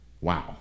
Wow